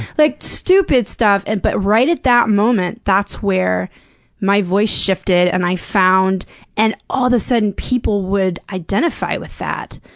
like, stupid stuff and but right at that moment, that's where my voice shifted and i found and all the sudden, people would identify with that.